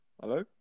Hello